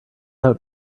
out